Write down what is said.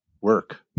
work